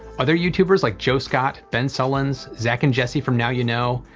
other youtubers like joe scott, ben sullins, zach and jesse from now you know,